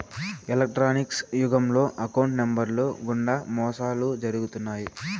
electronics యుగంలో account నెంబర్లు గుండా మోసాలు జరుగుతున్నాయి